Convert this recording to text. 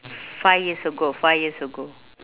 five years ago five years ago